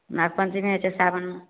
नागपञ्चमी होइत छै साओनमे